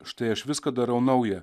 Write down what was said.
štai aš viską darau nauja